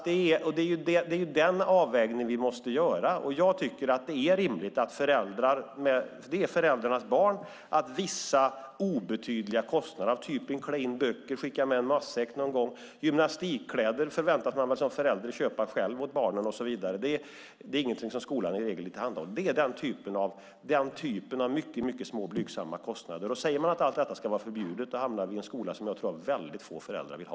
Det är den avvägningen vi måste göra, och jag tycker att det är rimligt att föräldrar - för det är föräldrarnas barn - står för vissa obetydliga kostnader av typen klä in böcker och skicka med matsäck någon gång. Gymnastikkläder förväntas man väl som förälder köpa åt barnen; det är i regel ingenting som skolan tillhandahåller. Det är den typen av mycket små, blygsamma kostnader. Säger man att allt detta ska vara förbjudet hamnar vi i en skola som jag tror att väldigt få föräldrar vill ha.